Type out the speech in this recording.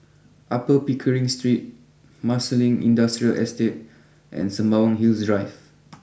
Upper Pickering Street Marsiling Industrial Estate and Sembawang Hills Drive